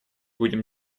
будем